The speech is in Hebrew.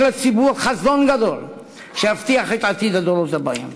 לציבור חזון גדול שיבטיח את עתיד הדורות הבאים.